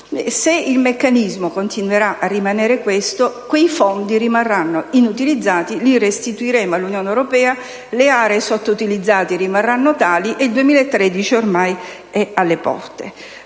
Se il meccanismo continuerà a rimanere questo, quei fondi rimarranno inutilizzati, li restituiremo all'Unione europea, le aree sottoutilizzate rimarranno tali e tutto ciò mentre